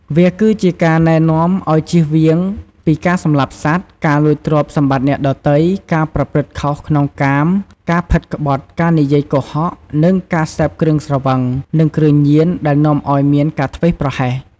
វាគឺជាការណែនាំឱ្យជៀសវាងពី ការសម្លាប់សត្វ ការលួចទ្រព្យសម្បត្តិអ្នកដទៃ ការប្រព្រឹត្តខុសក្នុងកាម ការផិតក្បត់ ការនិយាយកុហក និងការសេពគ្រឿងស្រវឹង និងគ្រឿងញៀនដែលនាំឱ្យមានការធ្វេសប្រហែស។